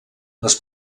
les